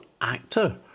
actor